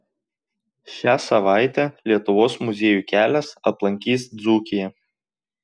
šią savaitę lietuvos muziejų kelias aplankys dzūkiją